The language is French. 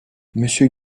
monsieur